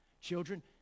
Children